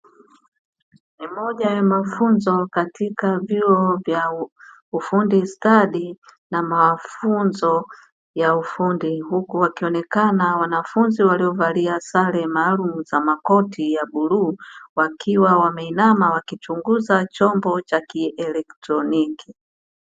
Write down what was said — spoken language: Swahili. Ni moja ya mafunzo katika vyuo vya ufundi stadi, na mafunzo ya ufundi, huku wakionekana wanafunzi waliovalia sare maalumu za makoti ya bluu, wakiwa wameinama wakichunguza chombo cha kielektroniki.